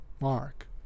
Mark